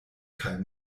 kaj